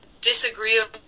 disagreeable